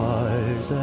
eyes